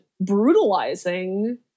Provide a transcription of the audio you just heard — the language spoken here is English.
brutalizing